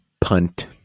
punt